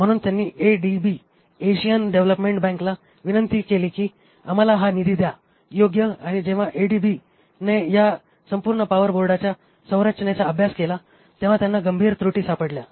म्हणून त्यांनी ADB Asian development बँकेला विनंती केली की आम्हाला हा निधी द्या योग्य आणि जेव्हा ADB ने या संपूर्ण पॉवर बोर्डाच्या संरचनेचा अभ्यास केला तेव्हा त्यांना गंभीर त्रुटी सापडल्या